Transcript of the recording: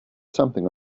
something